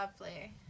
lovely